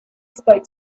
spoke